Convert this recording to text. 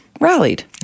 rallied